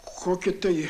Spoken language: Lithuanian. kokį tai